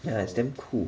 yeah it's damn cool